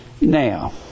Now